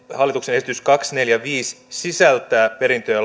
hallituksen esitys kaksisataaneljäkymmentäviisi sisältää perintö ja